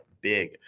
big